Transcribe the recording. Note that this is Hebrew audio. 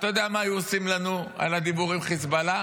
אתה יודע מה היו עושים לנו על הדיבור עם חיזבאללה?